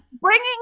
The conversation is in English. Bringing